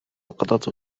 القطط